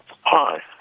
Hi